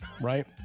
right